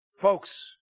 Folks